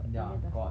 ya got